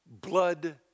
blood